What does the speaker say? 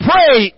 pray